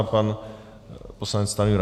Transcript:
Pan poslanec Stanjura.